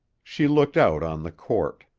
she looked out on the court.